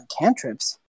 cantrips